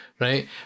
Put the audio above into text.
right